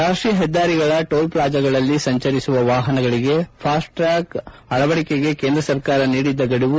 ರಾಷ್ಷೀಯ ಹೆದ್ದಾರಿಗಳ ಟೋಲ್ಫ್ಲಾಜಾಗಳಲ್ಲಿ ಸಂಚರಿಸುವ ವಾಹನಗಳಿಗೆ ಫಾಸ್ಬ್ಲಾಗ್ ಅಳವಡಿಕೆಗೆ ಕೇಂದ್ರ ಸರ್ಕಾರ ನೀಡಿದ್ದ ಗಡುವು